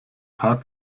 paar